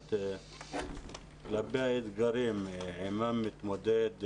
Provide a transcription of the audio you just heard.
המודעות כלפי האתגרים עמם מתמודד ילד,